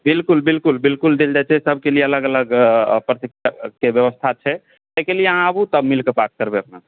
बिल्कुल बिल्कुल बिल्कुल बिल्कुल देल जाइ छै सबके लिए अलग अलग प्रशिक्षकके व्यवस्था छै एहिके लिए अहाँ आबू तब मिलकेँ बात करबै अपना सब